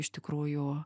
iš tikrųjų